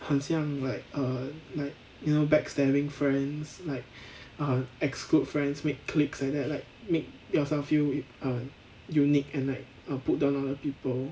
很像 like err like you know backstabbing friends like err exclude friends make cliques like that like make yourself feel err unique and like put down on other people